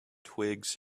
twigs